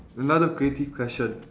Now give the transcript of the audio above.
another creative question